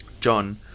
John